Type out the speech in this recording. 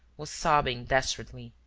was sobbing desperately.